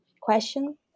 question